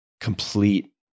complete